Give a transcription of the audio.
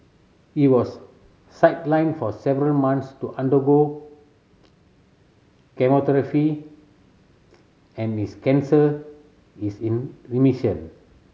he was sidelined for several months to undergo chemotherapy and his cancer is in remission